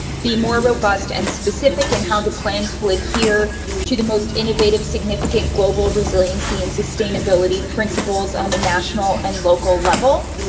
be more robust and specific, and how the plans fluid here to the most innovative, significant global resiliency and sustainability principles on a national and local level.